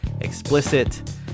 explicit